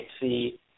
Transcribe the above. see